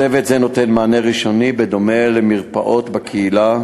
צוות זה נותן מענה ראשוני בדומה למרפאות בקהילה.